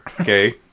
okay